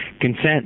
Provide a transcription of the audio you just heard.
consent